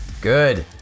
Good